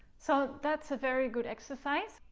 so that's a very good exercise,